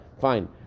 Fine